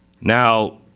Now